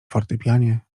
fortepianie